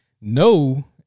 no